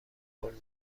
قول